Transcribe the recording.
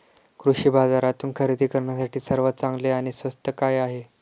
कृषी बाजारातून खरेदी करण्यासाठी सर्वात चांगले आणि स्वस्त काय आहे?